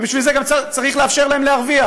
ובשביל זה גם צריך לאפשר להם להרוויח.